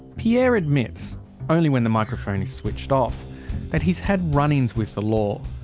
pierre admits only when the microphone is switched off that he's had run ins with the law.